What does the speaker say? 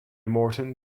morton